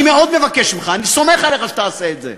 אני מאוד מבקש ממך, אני סומך עליך שתעשה את זה,